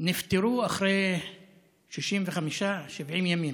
נפתרו אחרי 65, 70 ימים.